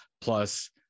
plus